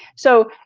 so,